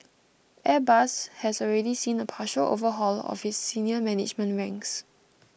airbus has already seen a partial overhaul of its senior management ranks